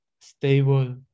stable